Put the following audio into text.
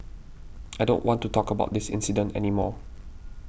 I don't want to talk about this incident any more